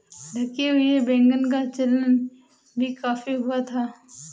ढके हुए वैगन का चलन भी काफी हुआ था